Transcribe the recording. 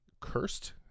cursed